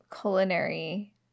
culinary